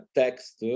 text